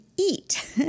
eat